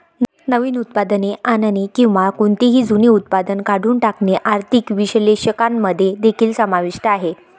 नवीन उत्पादने आणणे किंवा कोणतेही जुने उत्पादन काढून टाकणे आर्थिक विश्लेषकांमध्ये देखील समाविष्ट आहे